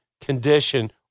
condition